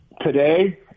Today